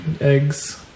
eggs